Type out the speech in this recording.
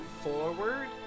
forward